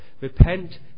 repent